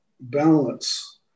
balance